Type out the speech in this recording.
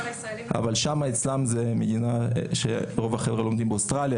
אבל רוב החבר'ה שם לומדים באוסטרליה,